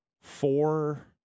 four